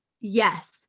yes